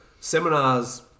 Seminars